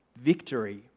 victory